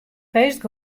feest